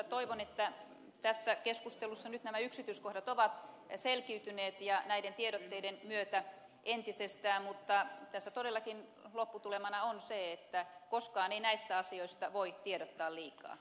toivon että tässä keskustelussa nyt nämä yksityiskohdat ovat selkiytyneet ja näiden tiedotteiden myötä selkiytyvät entisestään mutta tässä todellakin lopputulemana on se että koskaan ei näistä asioista voi tiedottaa liikaa